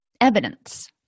evidence